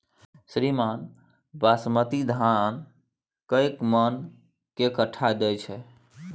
श्रीमान बासमती धान कैए मअन के कट्ठा दैय छैय?